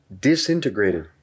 disintegrated